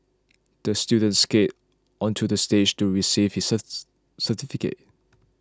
the student skated onto the stage to receive his certificate